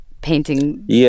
Painting